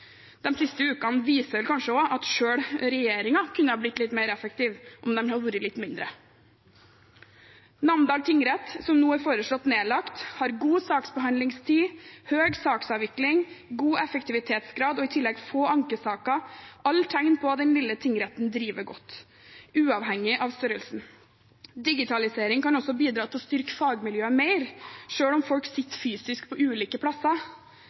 den hadde vært litt mindre. Namdal tingrett, som nå er foreslått nedlagt, har god saksbehandlingstid, høy saksavvikling, god effektivitetsgrad og i tillegg få ankesaker – alle tegn på at den lille tingretten driver godt, uavhengig av størrelsen. Digitalisering kan også bidra til å styrke fagmiljøet mer, selv om folk sitter fysisk på ulike